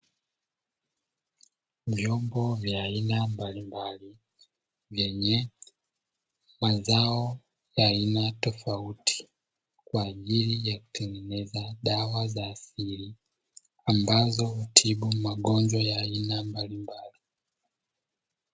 Vyombo vya aina mbalimbali vyenye mazao ya aina tofauti kwajili ya kutengeneza dawa za asili ambazo hutibu magonjwa ya aina mbalimbali.